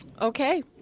Okay